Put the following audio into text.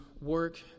work